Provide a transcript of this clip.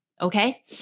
okay